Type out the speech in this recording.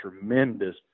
tremendous